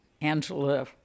Angela